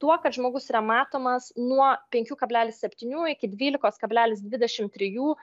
tuo kad žmogus yra matomas nuo penkių kablelis septynių iki dvylikos kablelis dvidešimt trijų